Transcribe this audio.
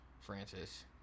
Francis